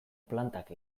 plantak